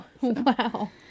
Wow